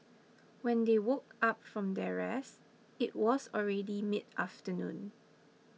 when they woke up from their rest it was already midafternoon